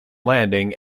landing